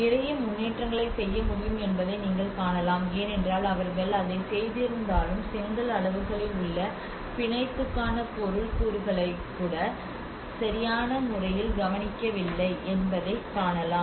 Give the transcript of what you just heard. நிறைய முன்னேற்றங்களைச் செய்ய முடியும் என்பதை நீங்கள் காணலாம் ஏனென்றால் அவர்கள் அதைச் செய்திருந்தாலும் செங்கல் அளவுகளில் உள்ள பிணைப்புக்கான பொருள் கூறுகளைக் கூட சரியான முறையில் கவனிக்கவில்லை என்பதைக் காணலாம்